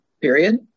period